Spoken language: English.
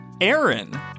Aaron